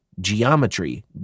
geometry